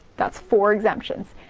that's four exemptions.